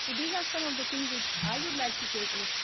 these are some of the things that i would like to take away.